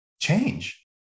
change